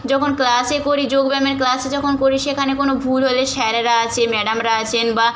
যখন ক্লাসে করি যোগ ব্যায়ামের ক্লাসে যখন করি সেখানে কোনো ভুল হলে স্যারেরা আছে ম্যাডামরা আছেন বা